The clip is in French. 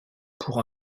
pour